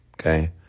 okay